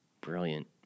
brilliant